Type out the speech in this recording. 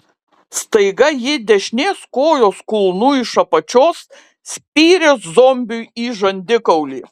staiga ji dešinės kojos kulnu iš apačios spyrė zombiui į žandikaulį